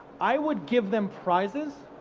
i would give them prizes